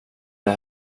det